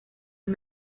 and